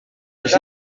bizi